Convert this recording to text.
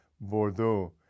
Bordeaux